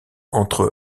entre